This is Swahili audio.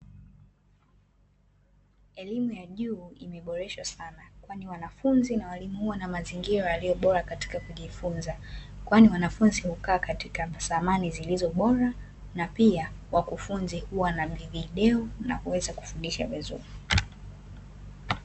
Elimu ya juu imeboreshwa sana kwani wanafunzi na walimu wana mazingira yaliyo bora katika kujifunza, kwani wanafunzi hukaa katika samani zilizobora na pia wakufunzi wana video na kuweza kufundisha vizuri.